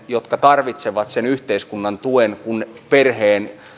jotka tarvitsevat sen yhteiskunnan tuen kun perheen